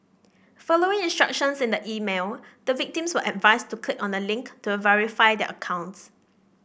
following instructions in the email the victims were advised to click on a link to verify their accounts